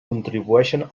contribueixen